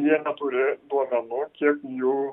jie neturi duomenų kiek jų